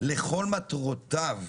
לכל מטרותיו,